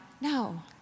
No